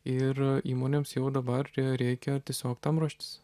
ir įmonėms jau dabar reikia tiesiog tam ruoštis